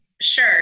Sure